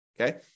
Okay